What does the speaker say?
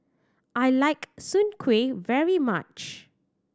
I like soon kway very much